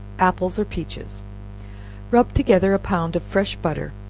apples or peaches rub together a pound of fresh butter,